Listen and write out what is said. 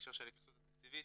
בהקשר של ההתייחסות התקציבית,